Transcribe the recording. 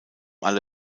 alle